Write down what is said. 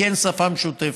כי אין שפה משותפת,